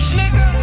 nigga